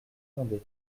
fondées